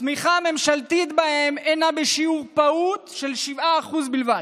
התמיכה הממשלתית בהם היא בשיעור פעוט של 7% בלבד.